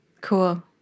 Cool